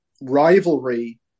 rivalry